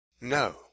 No